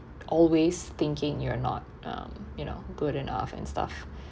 always thinking you're not um you know good enough and stuff